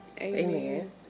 amen